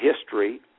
history